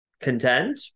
contend